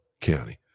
county